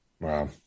Wow